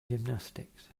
gymnastics